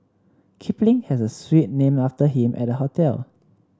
Kipling has a suite named after him at the hotel